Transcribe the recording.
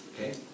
okay